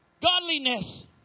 godliness